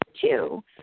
Two